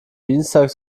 dienstag